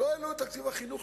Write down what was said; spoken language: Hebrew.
לא העלו את תקציב החינוך,